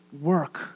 work